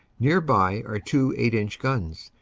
near by are two eight inch guns,